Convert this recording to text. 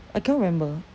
I cannot remember